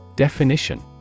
Definition